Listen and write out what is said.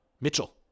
Mitchell